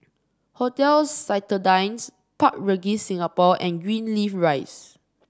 Hotel Citadines Park Regis Singapore and Greenleaf Rise